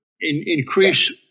increase